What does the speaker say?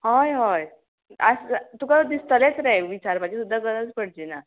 हय हय आसा तुका दिसतलेंच रे विचारपाची सुद्दां गरज पडची ना